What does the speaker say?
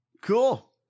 cool